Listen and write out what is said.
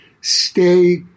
stay